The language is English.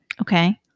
Okay